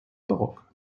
barock